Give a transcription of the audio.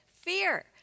fear